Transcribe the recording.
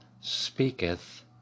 speaketh